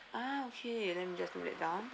ah okay let me just note that down